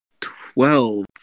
Twelve